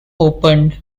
opened